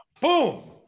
Boom